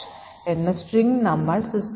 അതുകൊണ്ടു കാനറി മൂല്യം മാറുന്നതായി നമ്മൾ കാണുന്നു